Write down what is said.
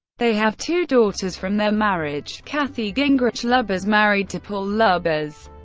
they have two daughters from their marriage kathy gingrich lubbers, married to paul lubbers,